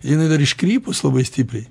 jinai dar iškrypus labai stipriai